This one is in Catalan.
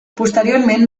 posteriorment